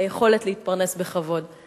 היכולת להתפרנס בכבוד.